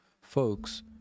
folks